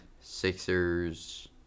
Sixers